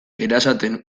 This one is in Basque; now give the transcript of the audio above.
erasaten